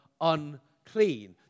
unclean